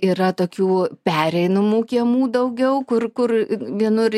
yra tokių pereinamų kiemų daugiau kur kur vienur